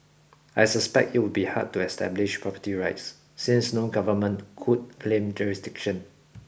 I suspect it would be hard to establish property rights since no government could claim jurisdiction